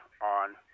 on